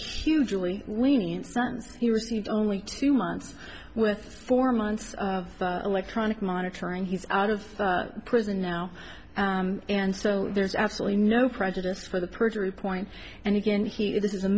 hugely wein sons he was only two months with four months of electronic monitoring he's out of prison now and so there's absolutely no prejudice for the perjury point and again he